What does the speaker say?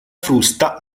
frusta